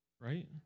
right